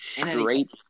great